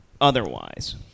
otherwise